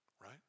right